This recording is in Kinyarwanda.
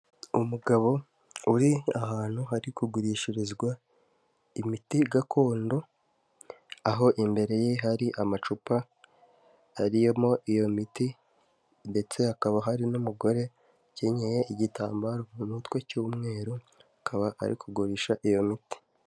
Umugabo uri ahantu hari kugurishirizwa imiti gakondo, aho imbere ye hari amacupa arimo iyo miti ndetse hakaba hari n'umugore ukenyeye igitambaro mu mutwe cy'umweru, akaba ari kugurisha iyo miti.